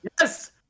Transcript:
Yes